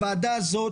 הוועדה הזאת,